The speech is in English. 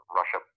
Russia